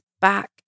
back